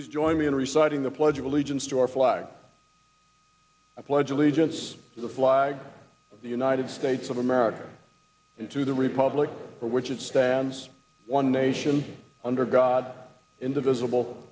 men join me in reciting the pledge of allegiance to our flag i pledge allegiance to the flag of the united states of america and to the republic for which it stands one nation under god indivisible